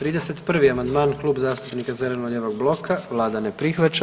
31. amandman, Klub zastupnika zeleno-lijevog bloka, Vlada ne prihvaća.